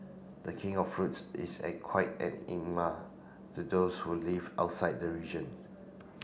the King of Fruits is a quite enigma to those who live outside the region